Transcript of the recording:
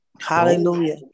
Hallelujah